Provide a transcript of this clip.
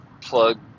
plug